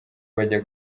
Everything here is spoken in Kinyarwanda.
bajya